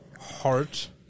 heart